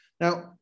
Now